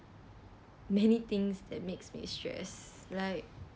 many things that makes me stressed like